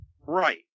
Right